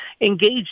engaged